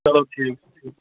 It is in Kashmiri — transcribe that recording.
چلو ٹھیٖک چھُ ٹھیٖک